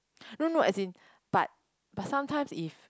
no no as in but but sometimes if